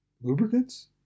lubricants